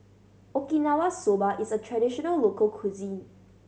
Okinawa Soba is a traditional local cuisine